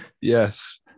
Yes